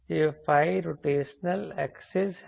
यह phi rotational axis है